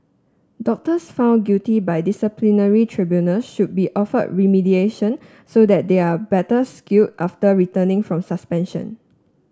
doctors found guilty by disciplinary tribunal should be offer remediation so that they are better skill after returning from suspension